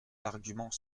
l’argument